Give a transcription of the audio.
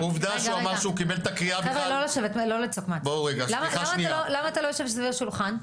שנייה, חבר'ה, למה אתה לא יושב סביב השולחן?